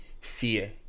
Fear